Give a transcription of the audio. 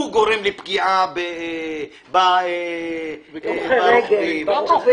הוא גורם לפגיעה --- בהולכי רגל, ברוכבים.